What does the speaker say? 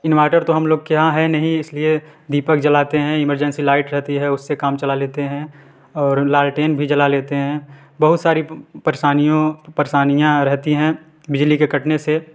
inverter तो हम लोग के यहाँ है नहीं इसलिए दीपक जलाते हैं इमरजेंसी लाइट रहती है उससे काम चला लेते हैं और लालटेन भी जला लेते हैं बहुत सारी परेशानियों परेशानियाँ रहती हैं बिजली के कटने से